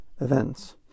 events